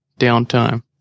downtime